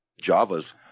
Java's